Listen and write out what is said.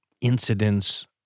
incidents